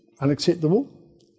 unacceptable